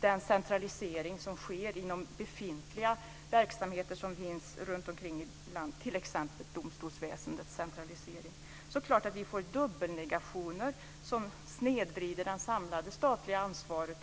den centralisering som sker inom befintliga verksamheter som finns runt omkring i vårt land, t.ex. domstolsväsendets centralisering, är det klart att vi får dubbelnegationer som snedvrider det samlade statliga ansvaret.